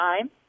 time